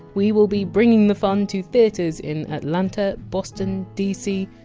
we will be bringing the fun to theatres in atlanta, boston, dc,